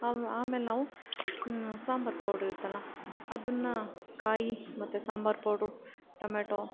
am ಆಮೇಲೆ ನಾವು ಇನ್ನೂ ಸಾಂಬಾರು ಪೌಡ್ರ್ ಇರುತ್ತಲ್ಲ ಅದನ್ನು ಕಾಯಿ ಮತ್ತು ಸಾಂಬಾರು ಪೌಡ್ರು ಟಮೊಟೊ